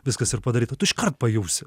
viskas ir padaryta tu iškart pajausi